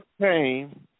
came